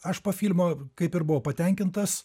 aš po filmo kaip ir buvau patenkintas